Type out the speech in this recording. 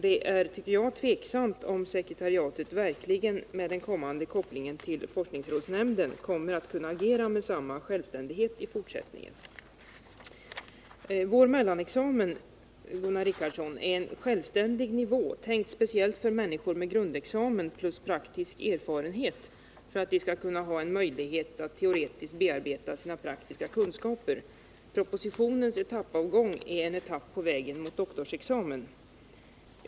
Det är, tycker jag, tveksamt om sekretariatet verkligen med den kommande kopplingen till forskningsrådsnämnden kommer att kunna agera med samma självständighet i fortsättningen. Vår mellanexamen, Gunnar Richardson, är en självständig nivå, tänkt speciellt för människor med grundexamen plus praktisk erfarenhet för att de skall kunna ha en möjlighet att teoretiskt bearbeta sina praktiska kunskaper. Propositionens etappavgång är en etapp på vägen mot doktorsexamen.